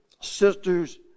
sisters